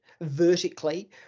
vertically